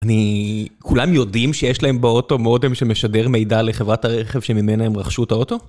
אני, כולם יודעים שיש להם באוטו מודם שמשדר מידע לחברת הרכב שממנה הם רכשו את האוטו?